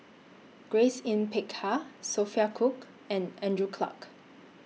Grace Yin Peck Ha Sophia Cooke and Andrew Clarke